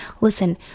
listen